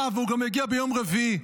אה, והוא גם יגיע ביום רביעי.